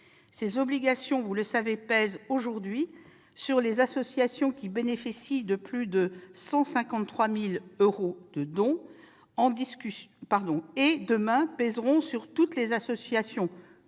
Ces obligations, vous le savez, pèsent aujourd'hui sur les associations qui bénéficient de plus de 153 000 euros de dons ; elles pèseront demain sur toutes les associations